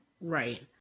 Right